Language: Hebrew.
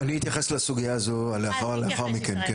אני אתייחס לסוגייה הזאת לאחר מכן.